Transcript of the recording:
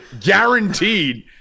Guaranteed